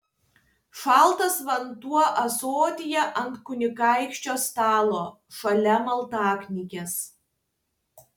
šaltas vanduo ąsotyje ant kunigaikščio stalo šalia maldaknygės